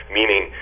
meaning